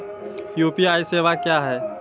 UPI सेवा क्या हैं?